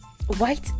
white